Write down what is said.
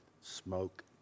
smoke